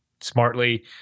smartly